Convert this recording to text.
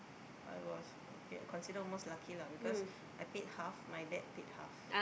I was okay I consider most lucky lah because I paid half my dad paid half